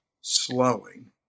slowing